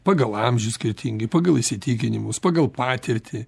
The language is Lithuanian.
pagal amžių skirtingi pagal įsitikinimus pagal patirtį